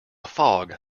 fog